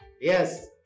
Yes